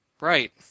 Right